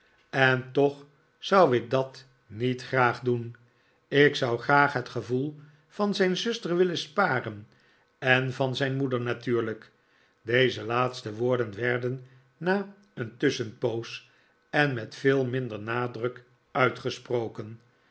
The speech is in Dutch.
en toch zou ik dat niet graag doen ik zou graag het gevoel van zijn zuster willen sparen en van zijn moeder natuurlijk deze laatste woorden werden na een tusschenpoos en met veel minder nadruk uitgesproken